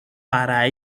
para